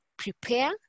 prepare